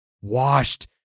washed